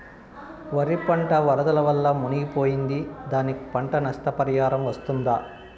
వరి పంట వరదల వల్ల మునిగి పోయింది, దానికి పంట నష్ట పరిహారం వస్తుందా?